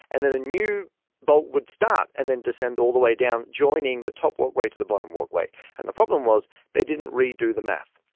and then a new bolt would start and then descend all the way down. joining the top what way to the bottom walkway. and the problem was they didn't redo the math.